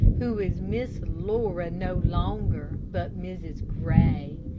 who is miss laura no longer, but mrs. gray.